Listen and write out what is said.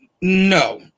No